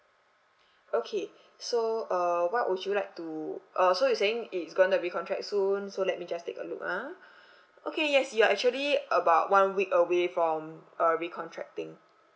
okay so uh what would you like to uh so you saying it's going to recontract soon so let me just take a look ah okay yes you are actually about one week away from uh recontracting